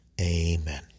Amen